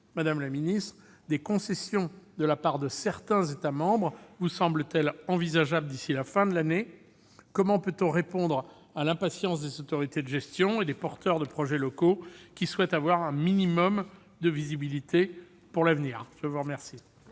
négociations. Des concessions de la part de certains États membres vous semblent-elles envisageables d'ici à la fin de l'année ? Comment peut-on répondre à l'impatience des autorités de gestion et des porteurs de projets locaux, qui souhaitent avoir un minimum de visibilité pour l'avenir ? La parole